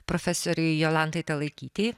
profesorei jolantai talaikytei